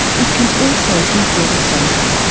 it can also be devastating,